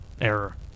error